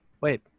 Wait